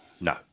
No